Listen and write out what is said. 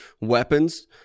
weapons